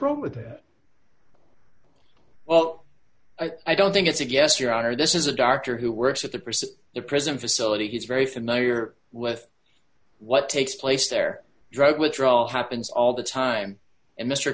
wrong with the well i don't think it's a guess your honor this is a doctor who works at the pursue a prison facility he's very familiar with what takes place there drug withdrawal happens all the time and mr